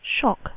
Shock